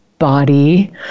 body